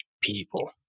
people